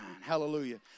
Hallelujah